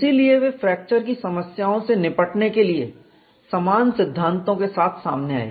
इसीलिए वे फ्रैक्चर की समस्याओं से निपटने के लिए समान सिद्धांतों के साथ सामने आए